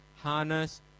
harness